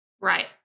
Right